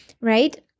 right